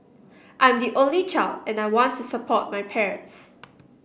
I'm the only child and I want to support my parents